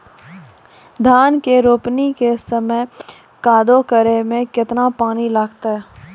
धान के रोपणी के समय कदौ करै मे केतना पानी लागतै?